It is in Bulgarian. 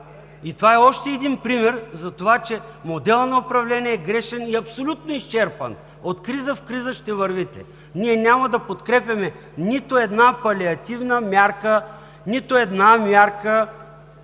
и това е още един пример за това, че моделът на управление е грешен и абсолютно изчерпан – от криза в криза ще вървите! Ние няма да подкрепяме нито една палиативна мярка, нито една мярка,